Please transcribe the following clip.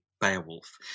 Beowulf